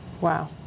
Wow